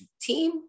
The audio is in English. team